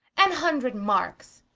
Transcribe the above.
an hundred markes?